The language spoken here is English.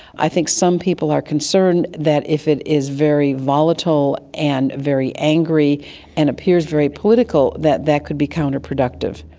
i think some people are concerned that if it is very volatile and very angry and appears very political, that that could be counter-productive.